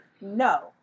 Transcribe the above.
No